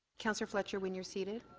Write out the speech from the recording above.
councillor fletcher, when you're seated.